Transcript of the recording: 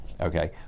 Okay